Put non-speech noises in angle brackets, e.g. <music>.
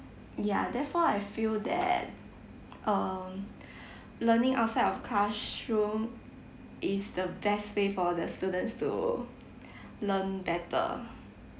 ya therefore I feel that um <breath> learning outside of classroom is the best way for the students to <breath> learn better